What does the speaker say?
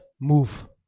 move